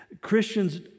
Christians